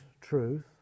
truth